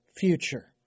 future